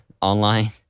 online